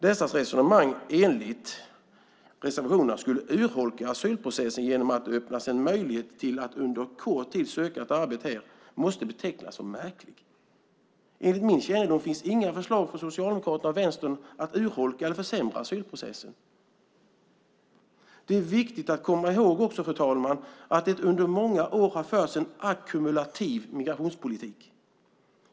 Dessas resonemang enligt reservationerna, att man skulle urholka asylprocessen genom att det öppnas en möjlighet att under kort tid söka ett arbete här, måste betecknas som märklig. Enligt min kännedom finns inga förslag från Socialdemokraterna eller Vänstern om att urholka eller försämra asylprocessen. Det är också viktigt att komma ihåg, fru talman, att det under många år har förts en ackumulativ migrationspolitik.